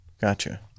Gotcha